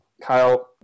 Kyle